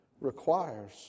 requires